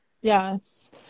Yes